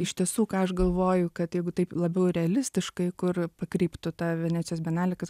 iš tiesų ką aš galvoju kad jeigu taip labiau realistiškai kur pakryptų ta venecijos bienalė kas